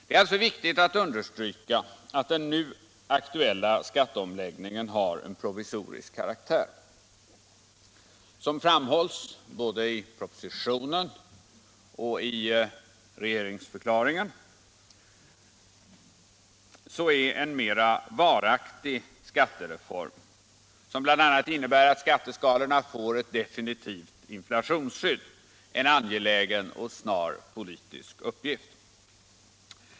Det är alltså viktigt att understryka den nu aktuella skatteomläggningens provisoriska karaktär. Som framhålls både i propositionen och i regeringsförklaringen är en mera varaktig skattereform, som bl.a. innebär att skatteskalorna får ett definitivt inflationsskydd, en angelägen och snar politisk uppgift.